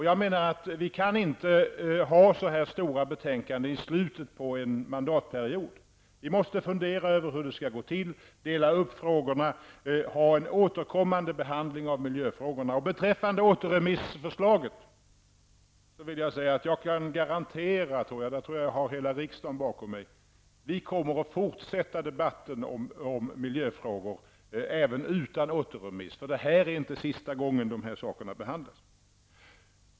Jag menar att vi inte kan ha så här stora betänkanden i slutet av en mandatperiod. Vi måste fundera på hur det hela skall gå till, dela upp frågorna och ha en återkommande behandling av miljöfrågorna. Beträffande förslaget om återremiss kan jag garantera, jag tror att jag har hela riksdagen bakom mig, att vi kommer att fortsätta debatten om miljöfrågor även utan en återremiss. Detta är inte den sista gången som dessa frågor behandlas.